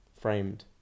framed